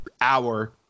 hour